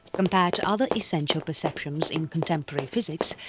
compared to other essential perceptions in contemporary physics,